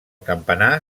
campanar